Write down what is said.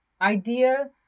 idea